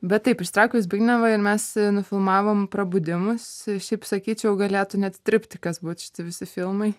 bet taip išsitraukiau zbignevą ir mes nufilmavom prabudimus šiaip sakyčiau galėtų net triptikas būt šiti visi filmai